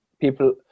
people